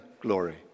glory